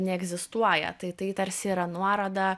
neegzistuoja tai tai tarsi yra nuoroda